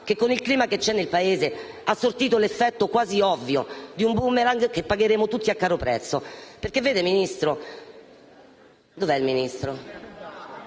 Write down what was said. che con il clima che c'è nel Paese ha sortito l'effetto, quasi ovvio, di un *boomerang* che pagheremo tutti a caro prezzo. Vede, infatti, signor Ministro...